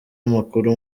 amakuru